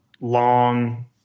long